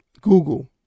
Google